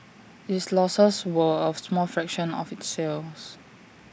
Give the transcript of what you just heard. its losses were A small fraction of its sales